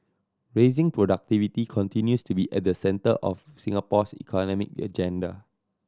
raising productivity continues to be at the centre of Singapore's economic agenda